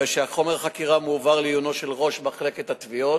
חומר החקירה מועבר לעיונו של ראש מחלקת החקירות,